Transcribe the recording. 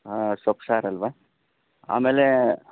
ಹಾಂ ಸೊಪ್ಪು ಸಾರಲ್ವ ಆಮೇಲೆ